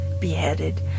beheaded